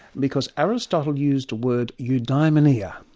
because aristotle used a word, eudaimonia,